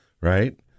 right